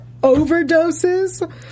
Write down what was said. overdoses